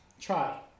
Try